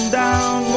down